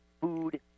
food